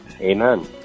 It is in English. Amen